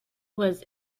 was